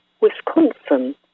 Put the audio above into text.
Wisconsin